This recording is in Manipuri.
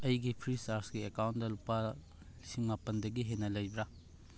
ꯑꯩꯒꯤ ꯐ꯭ꯔꯤ ꯆꯥꯔꯖꯀꯤ ꯑꯦꯀꯥꯎꯟꯗ ꯂꯨꯄꯥ ꯂꯤꯁꯤꯡ ꯃꯄꯟꯗꯒꯤ ꯍꯦꯟꯅ ꯂꯩꯕ꯭ꯔꯥ